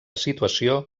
situació